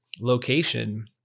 location